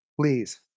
please